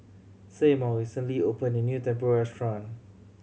Seymour recently opened a new Tempura restaurant